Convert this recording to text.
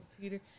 Peter